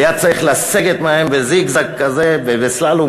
היה צריך לסגת מהם בזיגזג כזה ובסלאלום